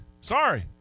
sorry